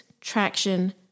traction